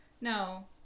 no